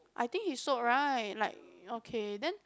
I think he sold right like okay then